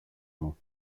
μου